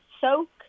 soak